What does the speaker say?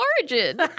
origin